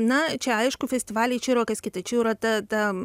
na čia aišku festivaliai čia yra kas kita čia jau yra tada